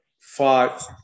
fought